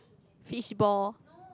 fishball